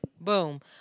Boom